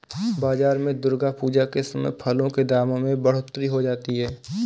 बाजार में दुर्गा पूजा के समय फलों के दामों में बढ़ोतरी हो जाती है